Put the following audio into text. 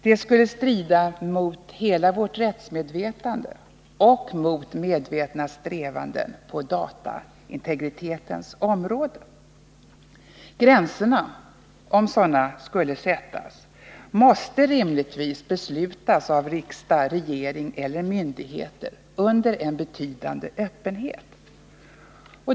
Det skulle strida mot hela vårt rättsmedvetande och mot våra strävanden på dataintegritetens område. Om gränser skulle sättas måste de rimligtvis beslutas av riksdag, regering eller myndigheter under en betydande öppenhet.